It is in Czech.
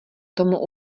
tomu